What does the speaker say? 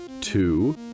two